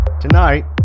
Tonight